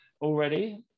already